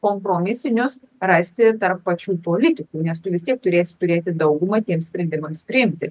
kompromisinius rasti tarp pačių politikų nes tu vis tiek turės turėti daugumą tiems sprendimams priimti